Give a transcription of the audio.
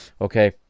Okay